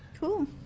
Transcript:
Cool